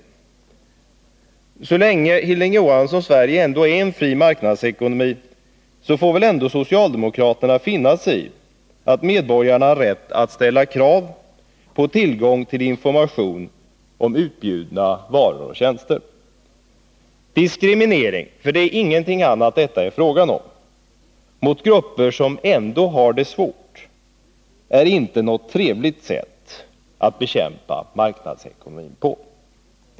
Men så länge Hilding Johanssons Sverige har en fri marknadsekonomi får väl socialdemokraterna ändå finna sig i att medborgarna har rätt att ställa krav på tillgång till information om utbuden av varor och tjänster. Diskriminering — för det är ingenting annat än diskriminering som det är fråga om — mot grupper som redan förut har det svårt är inte något trevligt sätt att bekämpa marknadsekonomin på.